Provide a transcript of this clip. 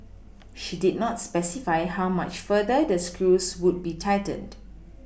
she did not specify how much further the screws would be tightened